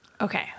Okay